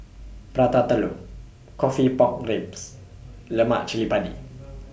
Prata Telur Coffee Pork Ribs Lemak Cili Padi